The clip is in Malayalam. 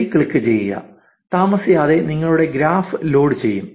ശരി ക്ലിക്കു ചെയ്യുക താമസിയാതെ നിങ്ങളുടെ ഗ്രാഫ് ലോഡ് ചെയ്യും